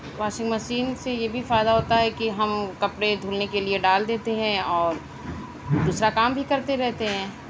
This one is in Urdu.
واشنگ مشین سے یہ بھی فائدہ ہوتا ہے کہ ہم کپڑے دھلنے کے لئے ڈال دیتے ہیں اور دوسرا کام بھی کرتے رہتے ہیں